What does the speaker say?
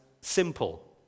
simple